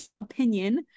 opinion